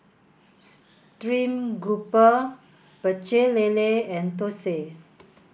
stream grouper Pecel Lele and Thosai